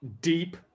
deep